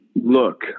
look